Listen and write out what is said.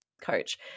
coach